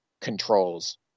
controls